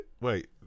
Wait